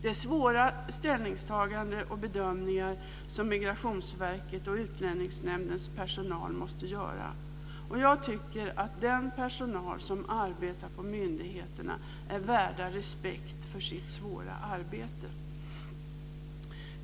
Det är svåra ställningstaganden och bedömningar som Migrationsverkets och Utlänningsnämndens personal måste göra. Jag tycker att den personal som arbetar på myndigheterna är värd respekt för sitt svåra arbete.